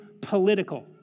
political